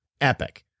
Epic